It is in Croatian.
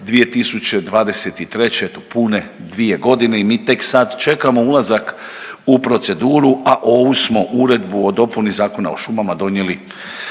2023., pune dvije godine i mi tek sad čekamo ulazak u proceduru, a ovu smo Uredbu o dopuni Zakona o šumama donijeli